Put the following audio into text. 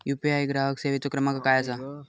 UPI ग्राहक सेवेचो क्रमांक काय असा?